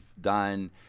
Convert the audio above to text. done